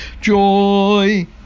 joy